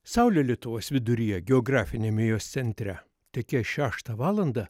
saulė lietuvos viduryje geografiniame jos centre tekės šeštą valandą